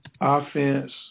offense